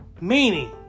Meaning